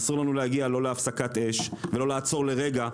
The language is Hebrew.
אסור לנו להגיע להפסקת אש ולעצור לרגע,